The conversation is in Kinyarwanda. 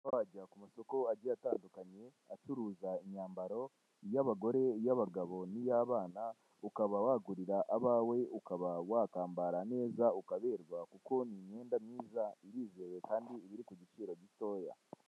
Wajya ku masoko agiye atandukanye acuruza imyambaro iy'abagore, iy'abagabo n'iy'abana, ukaba wagurira abawe, ukaba wakambara neza ukaberwa kuko ni imyenda myiza irizewe kandi ibi iriri ku giciro gitoya.